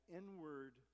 inward